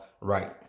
right